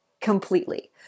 completely